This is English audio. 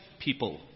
people